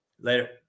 Later